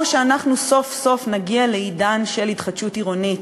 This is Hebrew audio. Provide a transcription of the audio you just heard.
או שאנחנו סוף-סוף נגיע לעידן של התחדשות עירונית,